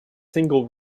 single